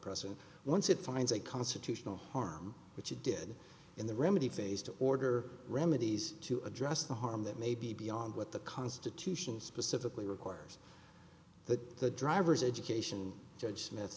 present once it finds a constitutional harm which he did in the remedy phase to order remedies to address the harm that may be beyond what the constitution specifically requires that the driver's education judge smith